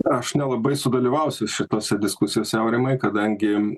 aš nelabai sudalyvausiu šitose diskusijose aurimai kadangi